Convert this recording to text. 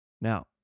Now